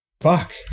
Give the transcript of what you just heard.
Fuck